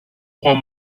trois